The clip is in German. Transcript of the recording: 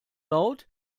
laut